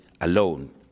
alone